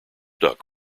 duck